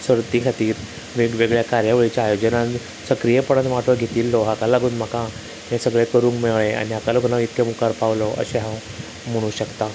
सर्तीं खातीर वेगवेगळ्या कार्यावळींच्या आयोजनांत सक्रीयपणान वांटो घेतिल्लो हाका लागून म्हाका हें सगळें करूंक मेळ्ळें आनी हाका लागून हांव इतल्या मुखार पावलों अशें हांव म्हणूं शकता